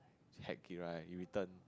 heck it right